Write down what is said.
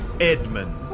Edmund